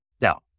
Now